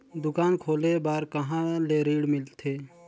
दुकान खोले बार कहा ले ऋण मिलथे?